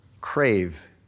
crave